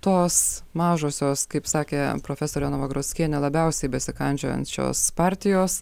tos mažosios kaip sakė profesorė novagrockienė labiausiai besikandžiojančios partijos